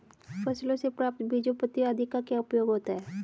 फसलों से प्राप्त बीजों पत्तियों आदि का क्या उपयोग होता है?